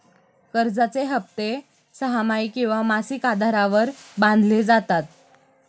कर्जाचे हप्ते सहामाही किंवा मासिक आधारावर बांधले जातात